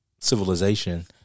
civilization